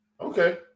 Okay